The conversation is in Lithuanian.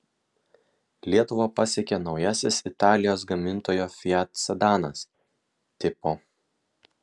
lietuvą pasiekė naujasis italijos gamintojo fiat sedanas tipo